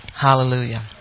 Hallelujah